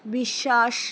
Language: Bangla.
বিশ্বাস